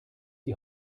die